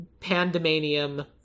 pandemanium